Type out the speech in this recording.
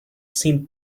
seemed